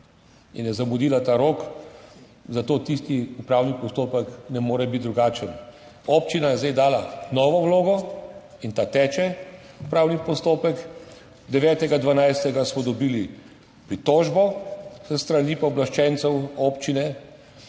in je zamudila ta rok, zato tisti upravni postopek ne more biti drugačen. Občina je zdaj dala novo vlogo in ta upravni postopek teče, 9. 12. smo dobili pritožbo s strani pooblaščencev občine